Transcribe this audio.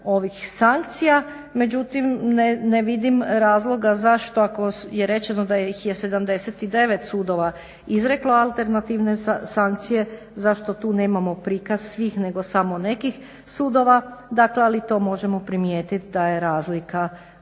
međutim ne vidim razloga zašto ako je rečeno da ih je 79 sudova izreklo alternativne sankcije, zašto tu nemamo prikaz svih nego samo nekih sudova, ali to možemo primijetit da je razlika od suda